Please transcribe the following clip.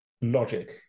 logic